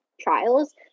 trials